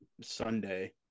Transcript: Sunday